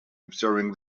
observing